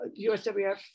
USWF